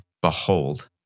behold